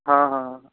ਹਾਂ ਹਾਂ